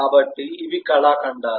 కాబట్టి ఇవి కళాఖండాలు